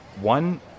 One